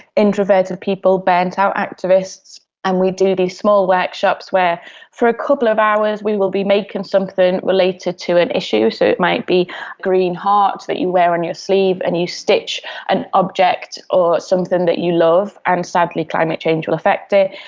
introverted people, burnt out activists. and we do these small workshops where for a couple of hours we will be making something related to an issue. so it might be green heart that you wear on your sleeve and you stitch an object or something that you love and sadly climate change will affect it,